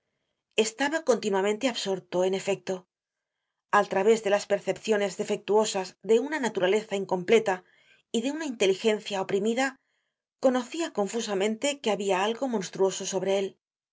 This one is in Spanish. estaba continuamente absorto en efecto al través de las percepciones defectuosas de una naturaleza incompleta y de una inteligencia oprimida conocia confusamente que habia algo monstruoso sobre él y